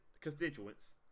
constituents